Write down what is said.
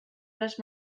les